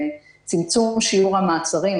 צמצום שיעור המעצרים,